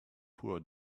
poor